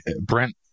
Brent